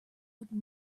would